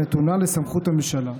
הנתונה לסמכות הממשלה,